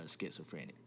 schizophrenic